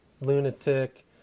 lunatic